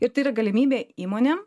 ir tai yra galimybė įmonėm